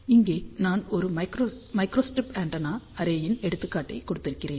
இங்கே நான் ஒரு மைக்ரோஸ்ட்ரிப் ஆண்டெனா அரேயின் எடுத்துக்காட்டைக் கொடுத்திருக்கிறேன்